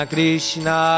Krishna